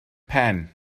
pen